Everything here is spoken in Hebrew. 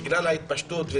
בגלל ההתפשטות,